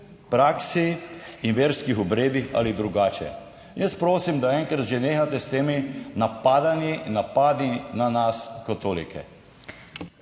praksi in verskih obredih ali drugače. Jaz prosim, da enkrat že nehate s temi napadanji, napadi na nas katolike.